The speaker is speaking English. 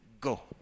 go